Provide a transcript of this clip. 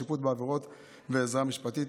שיפוט בעבירות ועזרה משפטית),